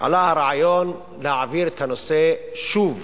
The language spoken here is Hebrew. עלה הרעיון להעביר את הנושא שוב